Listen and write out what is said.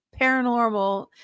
paranormal